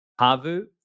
Havu